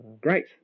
Great